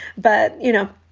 but, you know,